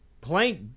Plank